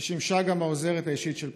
ששימשה גם כעוזרת האישית של פאקר.